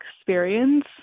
experience